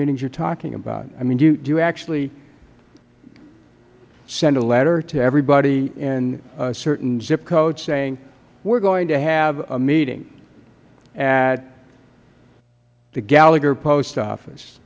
meetings you are talking about i mean do you actually send a letter to everybody in a certain zip code saying we are going to have a meeting at the gallagher post office